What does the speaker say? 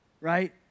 Right